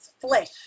flesh